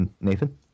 Nathan